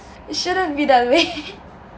it shouldn't be that way